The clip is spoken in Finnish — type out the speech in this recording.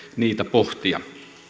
pohtia